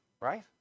Right